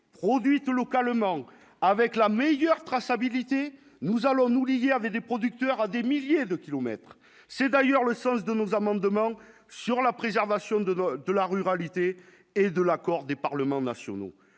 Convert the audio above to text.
produite localement avec la meilleure traçabilité nous allons-nous léguer avec les producteurs à des milliers de km, c'est d'ailleurs le sens de nos amendements sur la préservation de l'eau de la ruralité et de l'accord des parlements nationaux,